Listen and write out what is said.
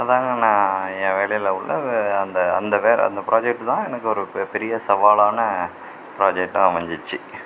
அதுதாங்க நான் என் வேலையில் உள்ள அந்த அந்த அந்த புராஜெக்ட்டுதான் எனக்கு ஒரு பெரிய சவாலான புராஜெக்டாக அமைஞ்சிச்சி